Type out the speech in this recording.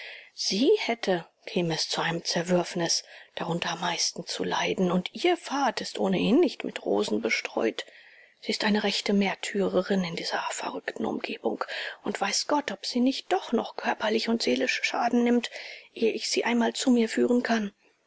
sie hätte käme es zu einem zerwürfnis darunter am meisten zu leiden und ihr pfad ist ohnehin nicht mit rosen bestreut sie ist eine rechte märtyrerin in dieser verrückten umgebung und weiß gott ob sie nicht doch noch körperlich und seelisch schaden nimmt ehe ich sie einmal zu mir führen kann